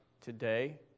today